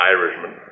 Irishman